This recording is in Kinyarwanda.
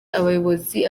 abayobozi